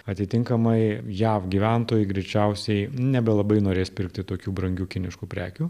atitinkamai jav gyventojai greičiausiai nebelabai norės pirkti tokių brangių kiniškų prekių